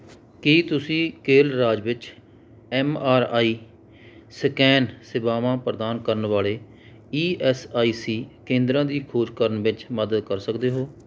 ਕੀ ਤੁਸੀਂ ਕੇਰਲ ਰਾਜ ਵਿੱਚ ਐੱਮ ਆਰ ਆਈ ਸਕੈਨ ਸੇਵਾਵਾਂ ਪ੍ਰਦਾਨ ਕਰਨ ਵਾਲੇ ਈ ਐੱਸ ਆਈ ਸੀ ਕੇਂਦਰਾਂ ਦੀ ਖੋਜ ਕਰਨ ਵਿੱਚ ਮਦਦ ਕਰ ਸਕਦੇ ਹੋ